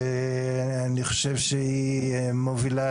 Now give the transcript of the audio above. ואני חושב שהיא מובילה